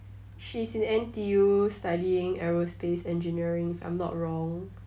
she's in N_T_U studying aerospace engineering if I'm not wrong